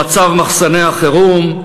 במצב מחסני החירום,